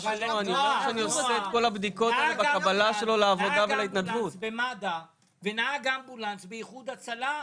נעה נהג אמבולנס במד"א ונהג אמבולנס באיחוד הצלה,